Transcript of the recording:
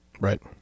Right